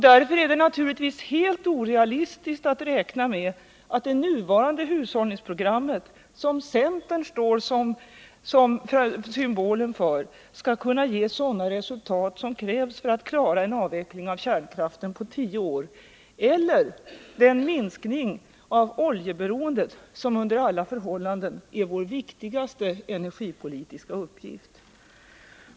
Därför är det naturligtvis helt orealistiskt att räkna med att nuvarande hushållningsprogram, som centern står som symbol för, skall kunna ge sådana resultat som krävs för att klara en avveckling av kärnkraften på tio år eller den minskning av oljeberoendet som under alla förhållanden är vår viktigaste energipolitiska uppgift.